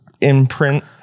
imprint